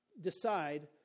decide